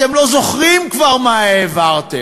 אתם לא זוכרים כבר מה העברתם.